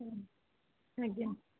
ଆଜ୍ଞା